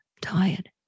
tired